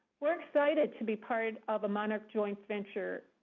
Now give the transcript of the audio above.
we're excited to be part of a monarch joint venture